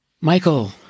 Michael